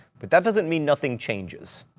but that doesn't mean nothing changes.